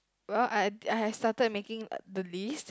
well I have I have started making the list